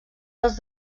dels